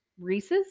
Reese's